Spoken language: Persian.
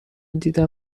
دیدم